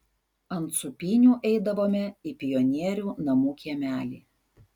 ant sūpynių eidavome į pionierių namų kiemelį